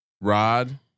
Rod